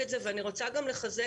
שנמשיך.